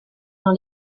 dans